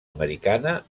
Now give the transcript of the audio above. americana